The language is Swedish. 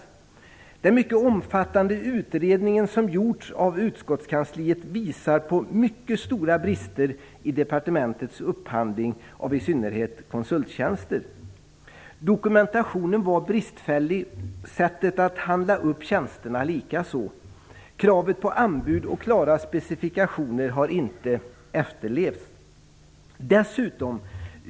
I den mycket omfattande utredning som har gjorts av utskottskansliet påvisas mycket stora brister i departementets upphandling av i synnerhet konsulttjänster. Dokumentationen var bristfällig och sättet att handla upp tjänsterna likaså. Kravet på anbud och klara specifikationer har inte efterlevts.